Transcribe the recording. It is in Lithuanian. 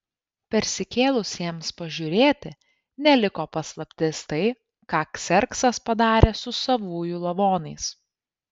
persikėlusiems pažiūrėti neliko paslaptis tai ką kserksas padarė su savųjų lavonais